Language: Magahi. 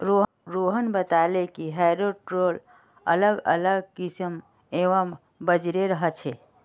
रोहन बताले कि हैरो टूल अलग अलग किस्म एवं वजनेर ह छे